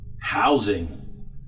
housing